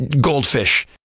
goldfish